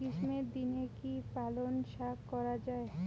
গ্রীষ্মের দিনে কি পালন শাখ করা য়ায়?